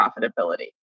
profitability